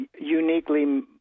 uniquely